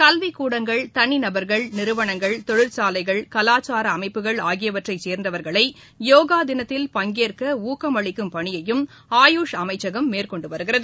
கல்விக்கூடங்கள் தவிநபர்கள் நிறுவனங்கள் தொழிற்சாலைகள் கலாச்சாரஅமைப்புகள் ஆகியவற்றைசேர்ந்தவர்களையோகாதினத்தில் பங்கேற்கஊக்கமளிக்கும் பணியையும் ஆயுஷ் அமைச்சகம் மேற்கொண்டுவருகிறது